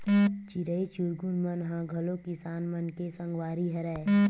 चिरई चिरगुन मन ह घलो किसान मन के संगवारी हरय